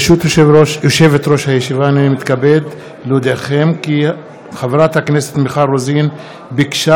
אני קובעת כי הצעת חוק הרשות